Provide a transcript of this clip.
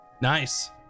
Nice